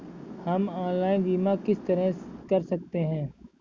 हम ऑनलाइन बीमा किस तरह कर सकते हैं?